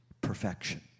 perfection